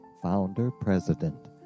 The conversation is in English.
founder-president